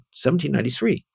1793